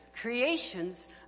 creations